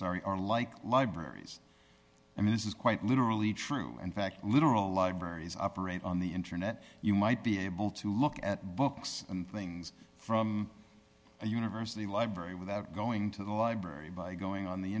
sorry are like libraries i mean this is quite literally true and fact literal libraries operate on the internet you might be able to look at books and things from a university library without going to the library by going on the